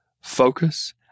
focus